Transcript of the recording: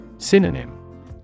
Synonym